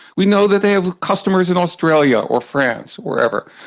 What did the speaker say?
we know that they have customers in australia or france or wherever.